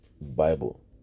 Bible